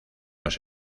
los